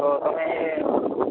તો તમે